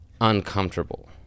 uncomfortable